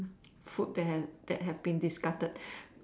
food that that have that have been discarded